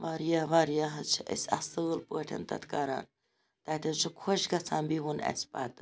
واریاہ واریاہ حظ چھِ أسۍ اَصل پٲٹھۍ تَتھ کَران تَتہِ حظ چھُ خۄش گَژھان بِہُن اَسہِ پَتہٕ